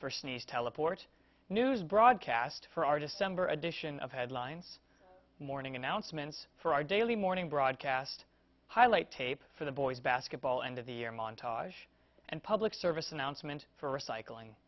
firstness teleport news broadcast for our december edition of headlines morning announcements for our daily morning broadcast highlight tape for the boys basketball and of the year montage and public service announcement for recycling